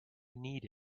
need